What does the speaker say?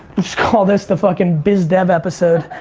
just call this the fuckin' biz dev episode,